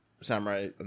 Samurai